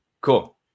Cool